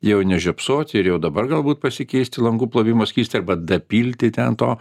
jau nežiopsot ir jau dabar galbūt pasikeisti langų plovimo skystį arba dapilti ten to